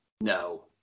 No